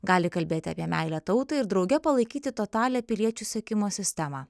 gali kalbėti apie meilę tautai ir drauge palaikyti totalią piliečių sekimo sistemą